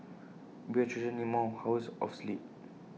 babies children need more hours of sleep